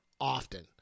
often